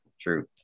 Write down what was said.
True